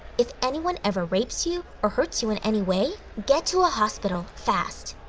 if anyone ever rapes you or hurts you in any way, get to a hospital fast.